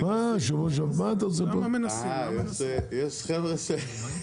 לוחות זמנים ב-2019, פרסמנו,